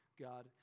God